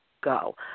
go